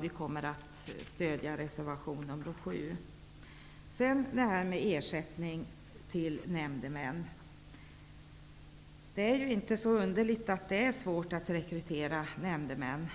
Vi kommer att stödja reservation 7. När det gäller ersättningen till nämndemän vill jag framhålla att det inte är så underligt att det är svårt att rekrytera nämndemän.